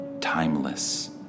timeless